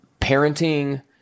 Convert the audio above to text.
parenting